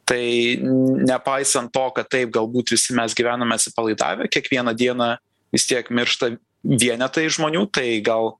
tai nepaisant to kad taip galbūt visi mes gyvenome atsipalaidavę kiekvieną dieną vis tiek miršta vienetai žmonių tai gal